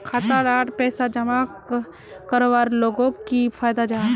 खाता डात पैसा जमा करवार लोगोक की फायदा जाहा?